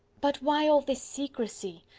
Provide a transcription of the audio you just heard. but why all this secrecy?